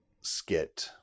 skit